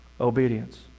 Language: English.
obedience